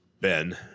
Ben